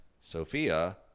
Sophia